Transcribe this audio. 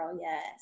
Yes